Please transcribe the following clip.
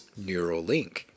Neuralink